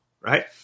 right